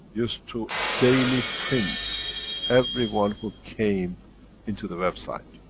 used to daily print everyone who came into the website.